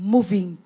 Moving